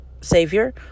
savior